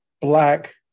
Black